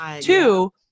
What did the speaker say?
Two